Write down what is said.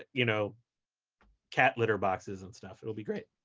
ah you know cat litter boxes and stuff. it'll be great.